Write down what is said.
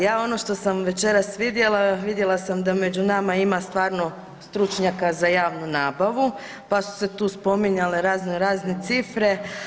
Ja ono što sam večeras vidjela, vidjela sam da među nama ima stvarno stručnjaka za javnu nabavu, pa su se tu spominjale radno-razne cifre.